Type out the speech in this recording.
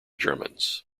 germans